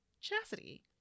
Chastity